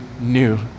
new